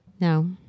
No